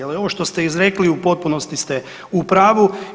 Ali ovo što ste izrekli u potpunosti ste u pravu.